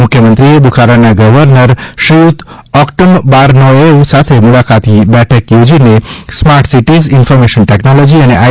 મુખ્યમંત્રીશ્રીએ બુખારાના ગર્વનર શ્રીયુત ઓકટમ બારનોચેવ સાથે મૂલાકાત બેઠક યોજીને સ્માર્ટ સિટીઝ ઇન્ફરમેશન ટેકનોલોજી અને આઇ